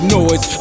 noise